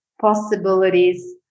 possibilities